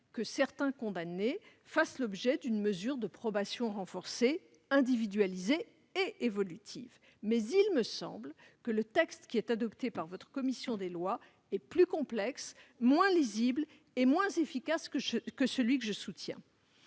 que certains condamnés fassent l'objet d'une mesure de probation renforcée, individualisée et évolutive. Il me semble toutefois que le texte issu des travaux de votre commission est plus complexe, moins lisible et moins efficace que celui que je soutiens.